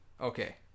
Okay